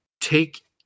take